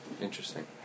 Interesting